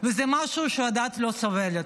זה משהו שהדעת לא סובלת.